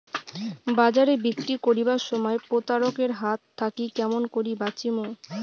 বাজারে বিক্রি করিবার সময় প্রতারক এর হাত থাকি কেমন করি বাঁচিমু?